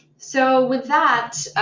so with that,